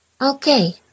Okay